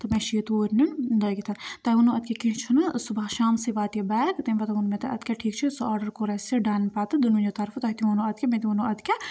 تہٕ مےٚ چھِ یہِ توٗرۍ نیُن لٲگِتھ تۄہہِ ووٚنوُ اَدٕ کیٛاہ کینٛہہ چھُنہٕ صُبحَس شامسٕے واتہِ یہِ بیگ تَمہِ پَتہٕ ووٚنوُ مےٚ تۄہہِ اَدٕ کیٛاہ ٹھیٖک چھِ سُہ آڈَر کوٚر اَسہِ ڈَن پَتہٕ دوٚنؤنِیو طرفہٕ تۄہہِ تہِ ووٚنوُ اَدٕ کیٛاہ مےٚ تہِ ووٚنوُ اَدٕ کیٛاہ